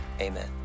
Amen